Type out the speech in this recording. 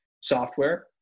software